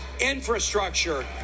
infrastructure